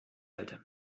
halte